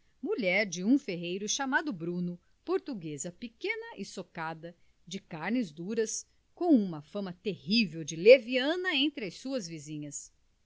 mulher de um ferreiro chamado bruno portuguesa pequena e socada de carnes duras com uma fama terrível de leviana entre as suas vizinhas